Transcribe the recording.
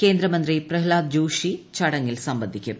കേന്ദ്രമന്ത്രി പ്രഹ്ളാദ് ജോഷി ചടങ്ങിൽ സംബന്ധിക്കും